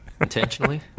intentionally